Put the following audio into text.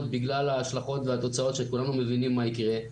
בגלל ההשלכות והתוצאות שכולנו מבינים מה יקרה.